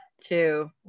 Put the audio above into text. Two